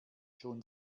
schon